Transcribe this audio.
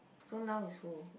so now is who